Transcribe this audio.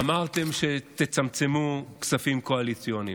אמרתם שתצמצמו כספים קואליציוניים,